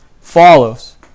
follows